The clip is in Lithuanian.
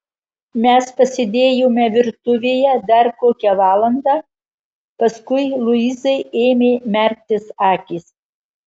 mes pasėdėjome virtuvėje dar kokią valandą paskui luizai ėmė merktis akys